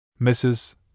Mrs